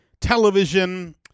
television